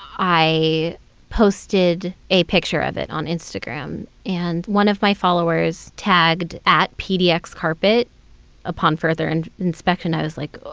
i posted a picture of it on instagram and one of my followers tagged at pdxcarpet. upon further and inspection, i was like,